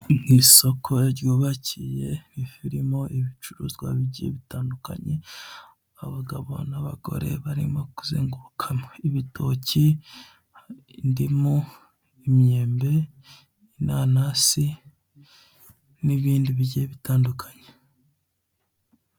Nk'isoko ryubakiye rifitemo ibicuruzwa bigiye bitandukanye abagabo n'abagore barimo kuzengukana ibitoki, indimu, imyembe, inanasi n'ibindi bigiye bitandukanye.